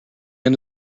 end